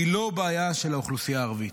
היא לא בעיה של האוכלוסייה הערבית,